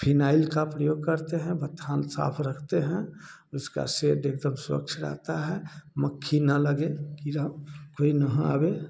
phenyl का प्रयोग करते हैं बथान साफ रखते हैं उसका शेड एकदम स्वच्छ रहता है मक्खी न लगे कीड़ा कोई न आवे